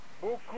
Beaucoup